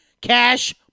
cash